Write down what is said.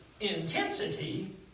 intensity